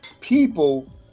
people